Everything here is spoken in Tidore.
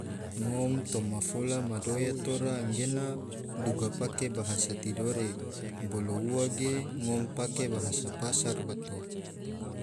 Ngom toma fola madoya tora anggena duga pake bahasa tidore bolo ua ge ngom pake bahasa pasar bato.